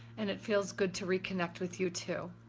and it feels good to reconnect with you too.